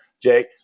Jake